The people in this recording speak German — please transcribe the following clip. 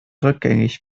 rückgängig